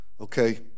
okay